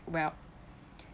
welch